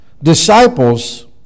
Disciples